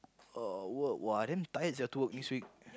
oh work !wah! damn tired sia to work this week